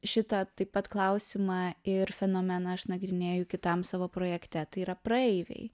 šitą taip pat klausimą ir fenomeną aš nagrinėju kitam savo projekte tai yra praeiviai